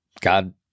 God